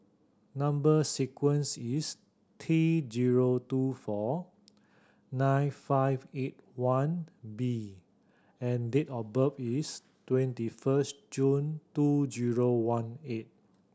number sequence is T zero two four nine five eight one B and date of birth is twenty first June two zero one eight